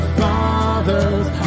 fathers